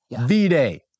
V-Day